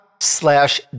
slash